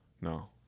No